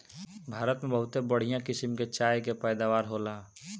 भारत में बहुते बढ़िया किसम के चाय के पैदावार होला